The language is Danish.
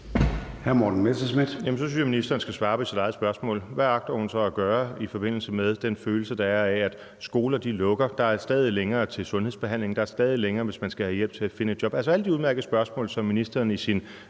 så synes jeg, ministeren skal svare på sit eget spørgsmål: Hvad agter hun så at gøre i forbindelse med den følelse, der er, af, at skoler lukker, at der er stadig længere til sundhedsbehandling, at der er stadig længere, hvis man skal have hjælp til at finde et job – altså alle de udmærkede spørgsmål, som ministeren i sin